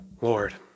Lord